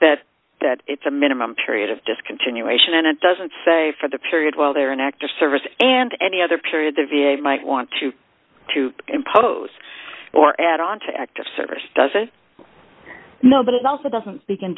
that that it's a minimum period of discontinuation and it doesn't say for the period while they're in active service and any other period the v a might want to try to impose or add on to active service doesn't no but it also doesn't